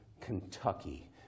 Kentucky